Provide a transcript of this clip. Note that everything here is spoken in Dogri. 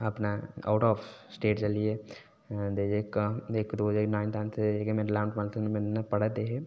अपने आउट ऑफ स्टेट चली गे ते जेह्का इक दो नाइन टैन्थ दे हे मेरे नै पढ़ै दे हे